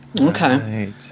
Okay